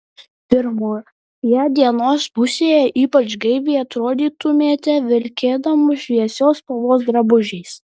pirmoje dienos pusėje ypač gaiviai atrodytumėte vilkėdamos šviesios spalvos drabužiais